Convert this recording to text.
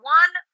one